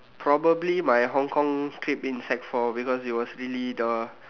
probably my Hong-Kong trip in sec four because it was really the